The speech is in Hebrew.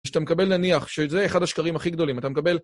כשאתה מקבל נניח, שזה אחד השקרים הכי גדולים, אתה מקבל...